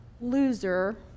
loser